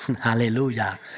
Hallelujah